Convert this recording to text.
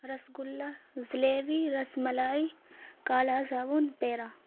رس گلا جلیوی رس ملائی کالا جاون پیڑا